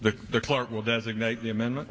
the the clerk will designate the amendment